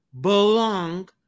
belong